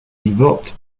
developed